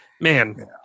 man